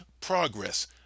progress